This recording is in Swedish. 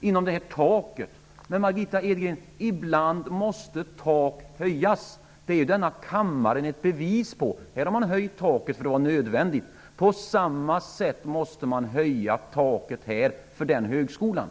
rymmas under taket. Men, Margitta Edgren, ibland måste tak höjas. Det har denna kammare fått bevis på. Här har man höjt tak för att det har varit nödvändigt. På samma sätt måste man höja taket för denna högskola.